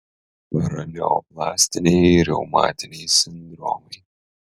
paraneoplastiniai reumatiniai sindromai